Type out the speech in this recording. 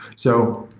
so,